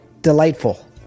Delightful